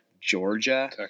Georgia